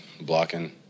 blocking